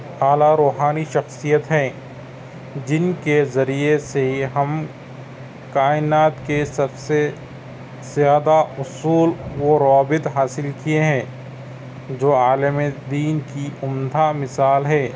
اعلیٰ روحانی شخصیت ہیں جِن کے ذریعے سے ہی ہم کائنات کے سب سے زیادہ اصول و روابط حاصل کئے ہیں جو عالمِ دین کی عمدہ مِثال ہے